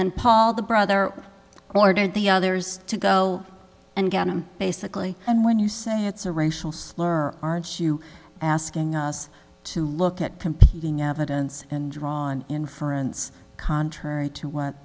then paul the brother ordered the others to go and get him basically and when you say it's a racial slur are you asking us to look at completely no evidence and draw an inference contrary to what